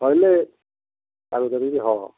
କହିଲେ କାମ କରିବି ହଁ